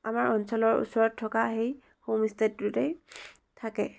আমাৰ অঞ্চলৰ ওচৰত থকা সেই হোমষ্টেটোতেই থাকে